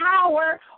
power